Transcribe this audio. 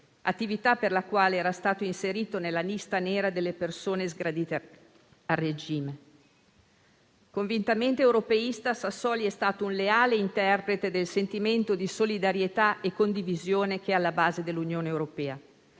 attività per la quale era stato inserito nella lista nera delle persone sgradite al regime. Convintamente europeista, Sassoli è stato un leale interprete del sentimento di solidarietà e condivisione che è alla base dell'Unione europea,